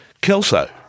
Kelso